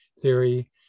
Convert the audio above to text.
theory